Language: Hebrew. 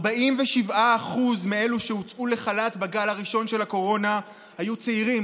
47% מאלו שהוצאו לחל"ת בגל הראשון של הקורונה היו צעירים